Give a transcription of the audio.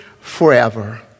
forever